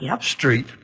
Street